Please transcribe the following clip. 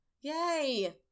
Yay